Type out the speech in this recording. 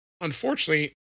unfortunately